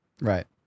Right